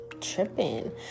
tripping